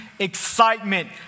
excitement